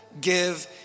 give